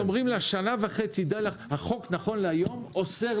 אבל אומרים לה שהחוק נכון להיום במשך